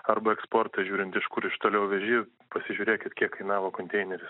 arba eksportą žiūrint iš kur iš toliau vėži pasižiūrėkit kiek kainavo konteineris